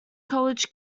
college